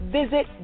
visit